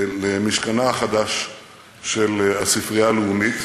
למשכנה החדש של הספרייה הלאומית.